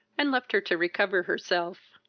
and left her to recover herself.